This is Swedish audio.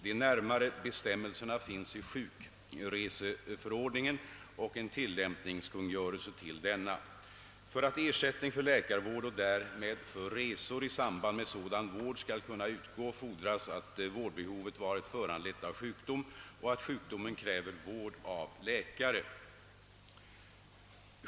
De närmare bestämmelserna finns i sjukreseförordningen och en tillämpningskungörelse till denna. För att ersättning för läkarvård och därmed för resor i samband med sådan vård skall kunna utgå fordras att vårdbehovet varit föranlett av sjukdom och att sjukdomen kräver vård av läkare.